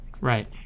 Right